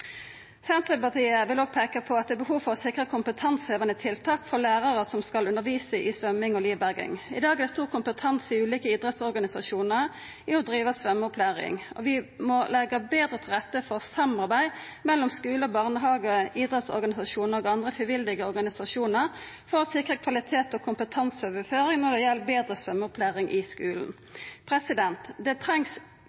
Senterpartiet vil òg peika på at det er behov for å sikra kompetansehevande tiltak for lærarar som skal undervisa i svømming og livberging. I dag er det innanfor ulike idrettsorganisasjonar stor kompetanse i å driva svømmeopplæring. Vi må leggja betre til rette for samarbeid mellom skule, barnehage, idrettsorganisasjonar og andre frivillige organisasjonar for å sikra kvalitet og kompetanseoverføring når det gjeld betre svømmeopplæring i skulen.